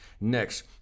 Next